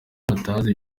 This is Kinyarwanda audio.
batazi